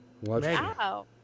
Wow